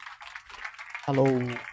Hello